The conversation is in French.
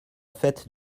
faite